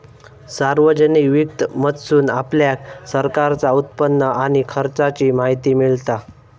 सार्वजनिक वित्त मधसून आपल्याक सरकारचा उत्पन्न आणि खर्चाची माहिती मिळता